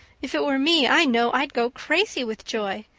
if it were me i know i'd go crazy with joy.